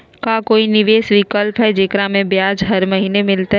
का कोई निवेस विकल्प हई, जेकरा में ब्याज हरी महीने मिलतई?